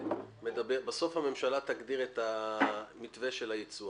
בסוף הממשלה תגדיר את המתווה של הייצוא.